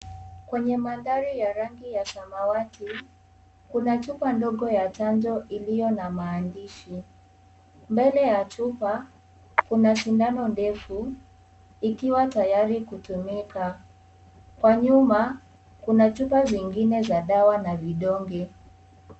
Kwenye mandhari ya rangi ya samawati, kuna chupa ndogo ya chanjo iliyo na maandishi. Mbele ya chupa kuna sindano ndefu ikiwa tayari kutumika. Kwa nyuma kuna chupa zingine za dawa na vidonge.